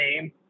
name